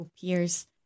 peers